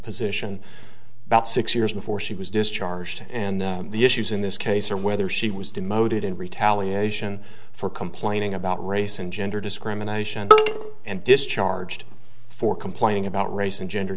position about six years before she was discharged and the issues in this case are whether she was demoted in retaliation for complaining about race and gender discrimination and discharged for complaining about race and gender